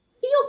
feel